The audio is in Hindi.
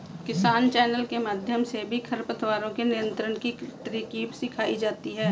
किसान चैनल के माध्यम से भी खरपतवारों के नियंत्रण की तरकीब सिखाई जाती है